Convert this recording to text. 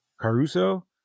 caruso